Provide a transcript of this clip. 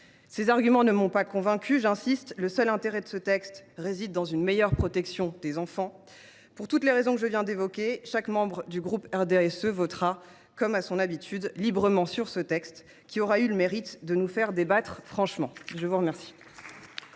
Ces arguments ne m’ont pas convaincue. J’y insiste, le seul intérêt de ce texte réside dans une meilleure protection des enfants. Pour toutes les raisons que je viens d’évoquer, les membres du groupe du RDSE voteront, comme à leur habitude, librement sur ce texte, qui aura eu le mérite de nous faire débattre franchement. La parole